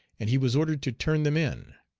and he was ordered to turn them in.